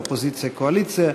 אופוזיציה קואליציה.